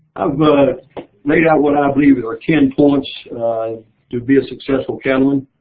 i've ah made out what i believe are ten points to be a successful cattleman,